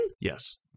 Yes